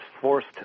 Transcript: forced